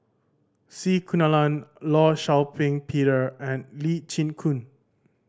C Kunalan Law Shau Ping Peter and Lee Chin Koon